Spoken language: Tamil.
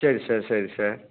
சரி சார் சரி சார்